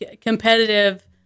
competitive